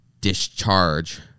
discharge